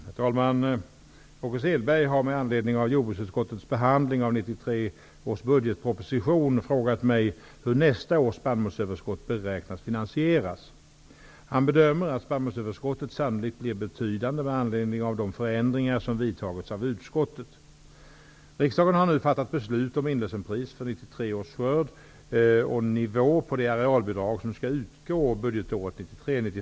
Herr talman! Åke Selberg har med anledning av jordbruksutskottets behandling av 1993 års budgetproposition frågat mig hur nästa års spannmålsöverskott beräknas finansieras. Han bedömer att spannmålsöverskottet sannolikt blir betydande med anledning av de förändringar som vidtagits av utskottet.